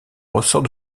ressort